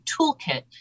toolkit